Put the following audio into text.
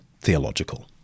theological